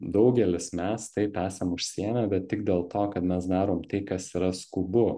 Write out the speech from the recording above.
daugelis mes taip esam užsiėmę bet tik dėl to kad mes darom tai kas yra skubu